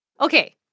Okay